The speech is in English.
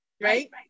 right